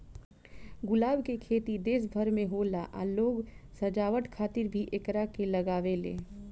गुलाब के खेती देश भर में होला आ लोग सजावट खातिर भी एकरा के लागावेले